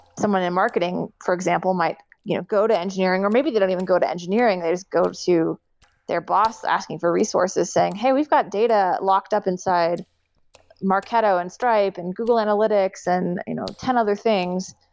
someone in marketing for example might you know go to engineering, or maybe they don't even go to engineering. they just go to their boss asking for resources saying, hey, we've got data locked up inside marketo and stripe and google analytics and you know ten other things.